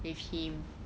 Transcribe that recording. with him